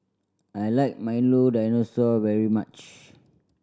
I like Milo Dinosaur very much